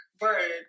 words